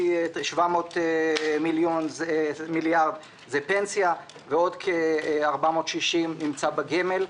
700 מיליארד זה פנסיה; ועוד כ-460 מיליארד נמצא בגמל.